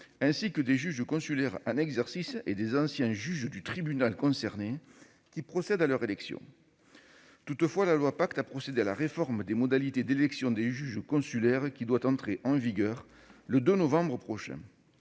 ainsi que des juges consulaires en exercice et des anciens juges du tribunal concerné, qui procède à leur élection. Toutefois, la loi Pacte a opéré une réforme des modalités d'élection des juges consulaires qui doit entrer en vigueur le 2 novembre prochain.